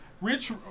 Rich